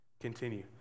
Continue